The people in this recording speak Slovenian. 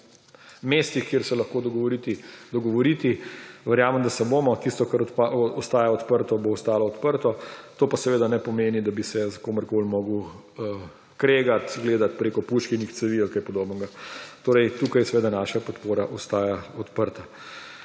mestih, kjer se lahko dogovoriti. Verjamem, da se bomo. Tisto, kar ostaja odprto, bo ostalo odprto, to pa seveda ne pomeni, da bi se s komerkoli moral kregati, gledati preko puškinih cevi ali kaj podobnega. Tukaj seveda naša podporo ostaja odprta.